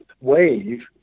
wave